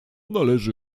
należy